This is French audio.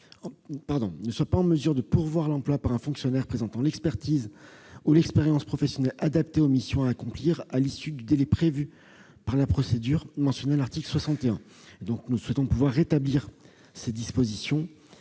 ne soit pas en mesure de pourvoir l'emploi par un fonctionnaire présentant l'expertise ou l'expérience professionnelle adaptée aux missions à accomplir à l'issue du délai prévu par la procédure mentionnée à l'article 61. L'amendement n° 384, présenté par le Gouvernement,